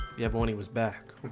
yep, when he was back